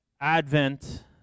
Advent